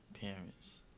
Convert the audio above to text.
parents